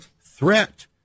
threat